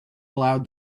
aloud